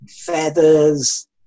feathers